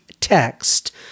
Text